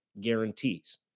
guarantees